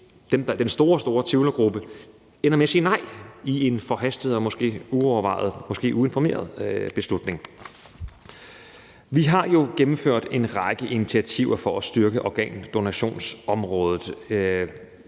den store, store tvivlergruppe ender med at sige nej i en forhastet, måske uovervejet og måske uinformeret beslutning. Vi har jo gennemført en række initiativer for at styrke organdonationsområdet.